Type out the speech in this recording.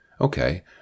Okay